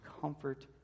comfort